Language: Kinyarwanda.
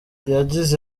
yagize